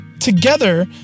Together